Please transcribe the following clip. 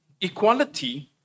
equality